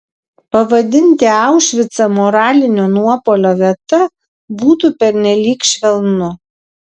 pavadinti aušvicą moralinio nuopuolio vieta būtų pernelyg švelnu